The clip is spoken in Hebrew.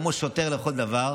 כמו שוטר לכל דבר,